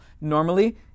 Normally